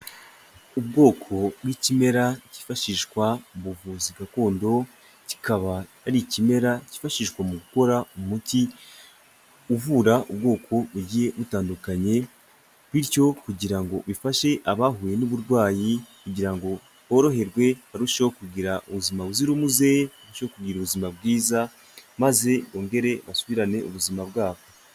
Ubwoko bw'ikimera kifashishwa mu buvuzi gakondo, kikaba ari ikimera kifashishwa mu gukora umuti uvura ubwoko bugiye butandukanye bityo kugira ngo bifashe abahuye n'uburwayi kugira ngo boroherwe, barusheho kugira ubuzima buzira umuze barusheho kugira ubuzima bwiza maze bongere basubirane ubuzima bwabo.